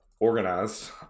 organized